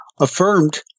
affirmed